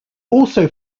also